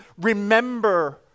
remember